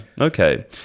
okay